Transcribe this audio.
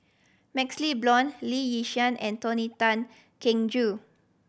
MaxLe Blond Lee Yi Shyan and Tony Tan Keng Joo